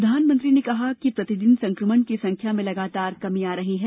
प्रधानमंत्री ने कहा कि प्रतिदिन संक्रमण की संख्या में लगातार कमी आ रही है